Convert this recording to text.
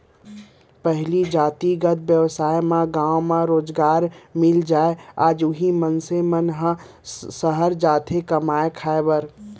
पहिली जातिगत बेवसाय म गाँव म रोजगार मिल जाय आज उही मनसे मन ह सहर जाथे कमाए खाए बर